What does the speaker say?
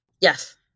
Yes